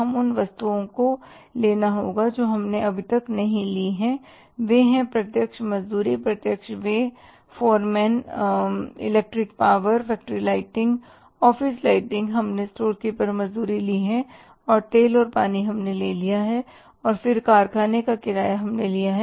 हमें अब उन वस्तुओं को लेना होगा जो हमने अब तक नहीं ली हैं वे हैं प्रत्यक्ष मजदूरी प्रत्यक्ष व्यय foreman electric power factory lighting office lighting हमने स्टोर कीपरमजदूरी ली है तेल और पानी हमने ले लिया है और फिर कारखाने का किराया हमने लिया है